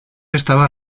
estaba